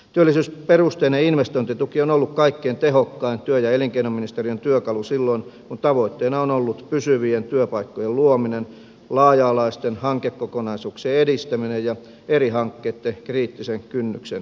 työllisyysperusteinen investointituki on ollut kaikkein tehokkain työ ja elinkeinoministeriön työkalu silloin kun tavoitteena on ollut pysyvien työpaikkojen luominen laaja alaisten hankekokonaisuuksien edistäminen ja eri hankkeitten kriittisen kynnyksen ylittäminen